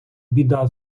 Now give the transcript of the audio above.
біда